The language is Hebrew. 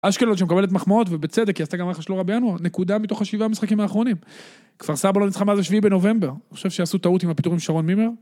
אשקלון שמקבלת מחמאות, ובצדק, היא עשתה גם רחש לא רע בינואר, נקודה מתוך השבעה המשחקים האחרונים. כפר סבא לא ניצחה על השביעי בנובמבר, אני חושב שעשו טעות עם הפיטורים של שרון מימר.